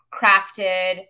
crafted